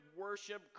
worship